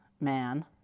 man